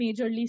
majorly